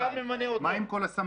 מה עם כל הסמנכ"לים?